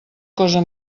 cosa